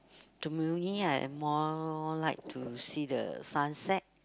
to me I more like to see the sunset